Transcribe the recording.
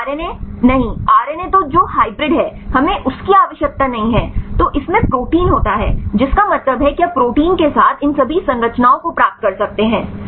तो आरएनए नहीं आरएनए तो जो हाइब्रिड है हमें उसकी आवश्यकता नहीं है तो इसमें प्रोटीन होता है जिसका मतलब है कि आप प्रोटीन के साथ इन सभी संरचनाओं को प्राप्त कर सकते हैं